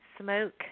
smoke